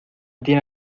tiene